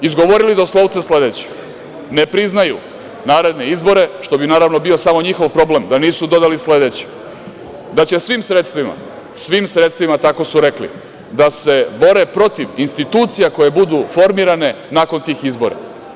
Izgovorili doslovce sledeće – ne priznaju naredne izbore, što bi naravno bio samo njihov problem, da nisu dodali sledeće – da će svim sredstvima, svim sredstvima tako su rekli, da se bore protiv institucija koje budu formirane nakon tih izbora.